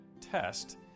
test